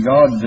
God